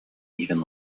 even